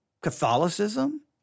Catholicism